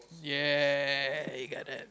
ya you got that